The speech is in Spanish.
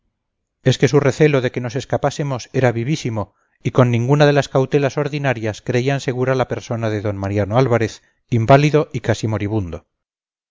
es que su recelo de que nos escapásemos era vivísimo y con ninguna de las cautelas ordinarias creían segura la persona de d mariano álvarez inválido y casi moribundo